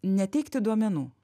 neteikti duomenų